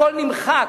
הכול נמחק.